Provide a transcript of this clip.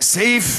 סעיף